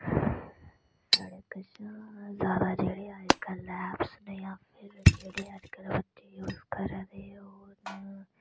साढ़े कश जैदा जेह्डे अजकल ऐप जां फिर जेह्ड़े बच्चे अजकल यूज करै दे ओह् न